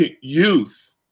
youth